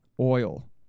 Oil